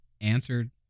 answered